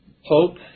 hope